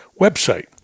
website